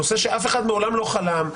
נושא שאף אחד מעולם לא חלם,